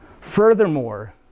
Furthermore